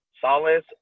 Salas